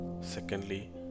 secondly